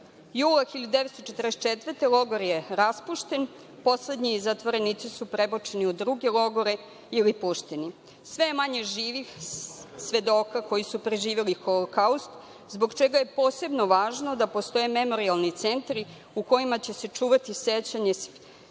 jula 1944. godine logor je raspušten. Poslednji zatvorenici su prebačeni u druge logore ili pušteni. Sve je manje živih svedoka koji su preživeli Holokaust, zbog čega je posebno važno da postoje memorijalni centri u kojima će se čuvati sećanje.